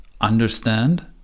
understand